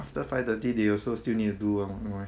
after five thirty they also still need to do work no meh